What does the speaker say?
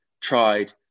tried